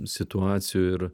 situacijų ir